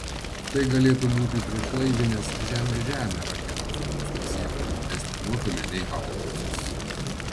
tai galėtų būti priešlaivinės žemė žemė raketos kurios pasiektų didesnį nuotolį nei haubicos